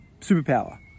superpower